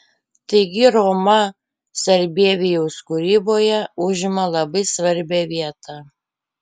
taigi roma sarbievijaus kūryboje užima labai svarbią vietą